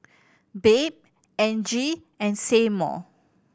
Babe Angie and Seymour